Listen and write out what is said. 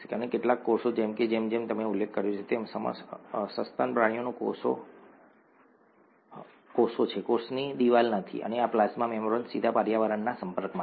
અને કેટલાક કોષો જેમ કે જેમ કે મેં ઉલ્લેખ કર્યો છે તેમ સસ્તન પ્રાણીઓના કોષો કોષો છે કોષની દીવાલ નથી અને પ્લાઝ્મા મેમ્બ્રેન સીધા પર્યાવરણના સંપર્કમાં છે